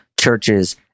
churches